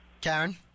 Karen